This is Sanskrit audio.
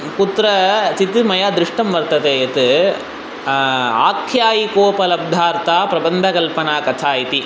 कुत्रचित् मया दृष्टं वर्तते यत् आख्यायिकोपलब्धार्था प्रबन्धकल्पना कथा इति